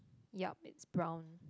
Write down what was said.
ya it's brown